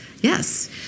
Yes